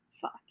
Fuck